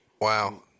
Wow